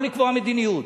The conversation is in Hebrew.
לא לקבוע מדיניות.